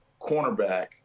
cornerback